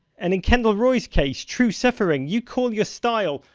and in kendall roy's case, true suffering, you call your style,